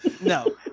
no